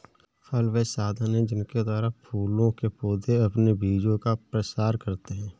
फल वे साधन हैं जिनके द्वारा फूलों के पौधे अपने बीजों का प्रसार करते हैं